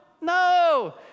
no